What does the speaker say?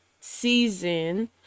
season